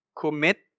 commit